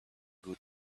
good